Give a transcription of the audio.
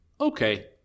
okay